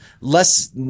less